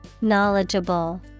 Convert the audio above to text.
Knowledgeable